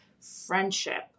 friendship